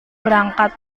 berangkat